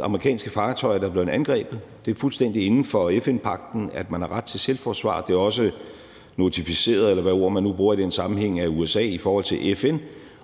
Amerikanske fartøjer er blevet angrebet, og det er fuldstændig inden for FN-pagten, at man har ret til selvforsvar. Det er også notificeret, eller hvilket ord man nu bruger i den sammenhæng, af USA over for FN.